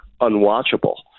unwatchable